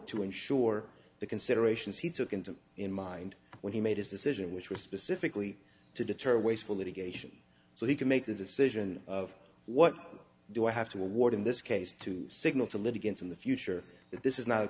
to ensure the considerations he took into in mind when he made his decision which was specifically to deter wasteful litigation so he can make the decision of what do i have to award in this case to signal to litigants in the future that this is not a